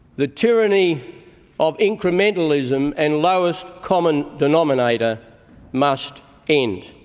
the tyranny of incrementalism and lowest common denominator must end.